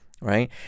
right